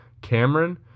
Cameron